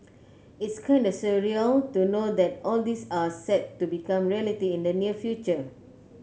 it's kinda surreal to know that all this are set to become reality in the near future